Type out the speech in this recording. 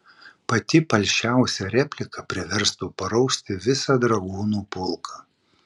pati palšiausia replika priverstų parausti visą dragūnų pulką